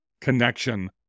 connection